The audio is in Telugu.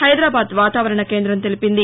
హైదరాబాద్ వాతావరణ కేంద్రం తెలిపింది